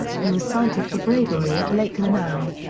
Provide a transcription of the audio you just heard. he was cited for bravery at lake lanao.